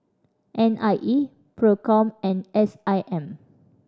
N I E Procom and S I M